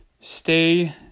stay